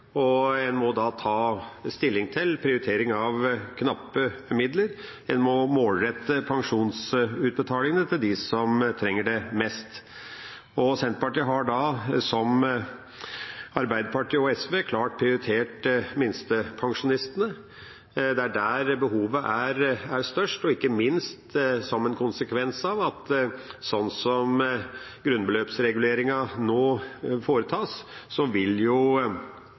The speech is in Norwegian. En må ta stilling til prioritering av knappe midler, en må målrette pensjonsutbetalingene til dem som trenger det mest. Senterpartiet har, som Arbeiderpartiet og SV, klart prioritert minstepensjonistene. Det er der behovet er størst, ikke minst som en konsekvens av at de med grunnbeløpsreguleringa som nå foretas